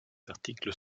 articles